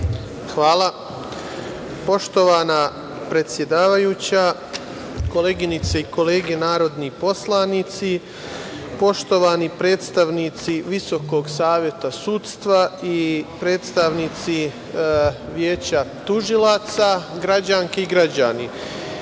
Hvala. Poštovana predsedavajuća, koleginice i kolege narodni poslanici, poštovani predstavnici VSS i predstavnici Veća tužilaca, građanke i građani,